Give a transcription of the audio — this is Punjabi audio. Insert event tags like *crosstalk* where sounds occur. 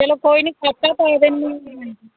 ਚਲੋ ਕੋਈ ਨਹੀਂ ਖਾਤਾ ਪਾ ਦਿੰਦੇ *unintelligible* ਹਾਂਜੀ